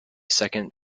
second